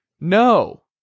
no